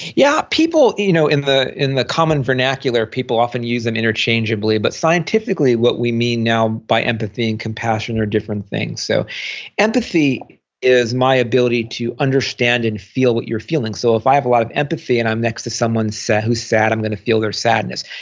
yeah. you know in the in the common vernacular, people often use them interchangeably, but scientifically what we mean now by empathy and compassion are different things. so empathy is my ability to understand and feel what you're feeling. so if i have a lot of empathy and i'm next to someone who's sad, i'm going to feel their sadness.